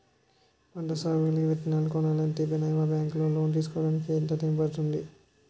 పంట సాగు అలాగే విత్తనాలు కొనాలి అంటే మీ బ్యాంక్ లో లోన్ తీసుకోడానికి ఎంత టైం పడుతుంది?